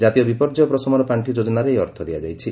ଜାତୀୟ ବିପର୍ଯ୍ୟୟ ପ୍ରସମନ ପାଖି ଯୋଜନାରେ ଏହି ଅର୍ଥ ଦିଆଯାଇଛି